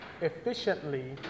efficiently